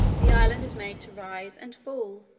the island is made to rise and fall,